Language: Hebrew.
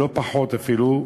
לא פחות אפילו,